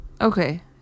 Okay